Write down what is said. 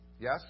Yes